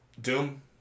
doom